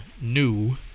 new